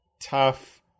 tough